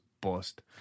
bust